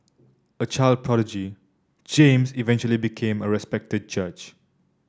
a child prodigy James eventually became a respected judge